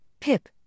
pip